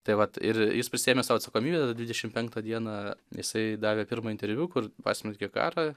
tai vat ir jis prisiėmė sau atsakomybę tą dvidešim penktą dieną jisai davė pirmą interviu kur pasmerkė karą